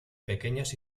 pequeñas